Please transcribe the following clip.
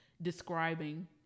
describing